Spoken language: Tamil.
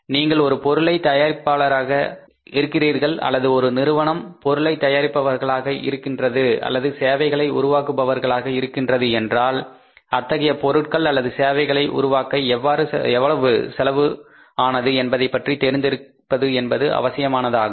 நீங்கள் ஒரு பொருளை தயாரிப்பாளராக இருக்கிறீர்கள் அல்லது ஒரு நிறுவனம் பொருட்களை தயாரிப்பவர்களாக இருக்கின்றது அல்லது சேவைகளை உருவாக்குபவர்களாக இருக்கின்றது என்றால் அத்தகைய பொருட்கள் அல்லது சேவைகளை உருவாக்க எவ்வளவு செலவு ஆனது என்பதைப் பற்றி தெரிந்திருப்பது என்பது அவசியமானதாகும்